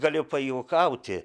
galiu pajuokauti